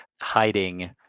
hiding